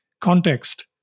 context